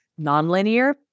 nonlinear